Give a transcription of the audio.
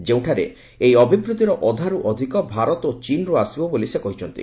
ଯେଉଁଠାରେ ଏହି ଅଭିବୃଦ୍ଧିର ଅଧାରୁ ଅଧିକ ଭାରତ ଓ ଚୀନ୍ରୁ ଆସିବ ବୋଲି ସେ କହିଛନ୍ତି